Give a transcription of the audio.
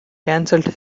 canceled